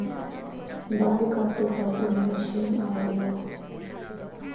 बाल काटे खातिर मशीन आवेला